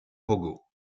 pogo